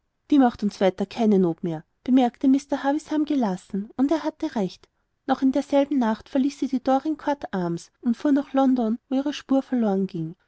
die macht uns weiter keine not mehr bemerkte mr havisham gelassen und er hatte recht noch in derselben nacht verließ sie die dorincourt arms und fuhr nach london wo ihre spur verloren ging